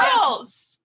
girls